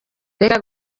reka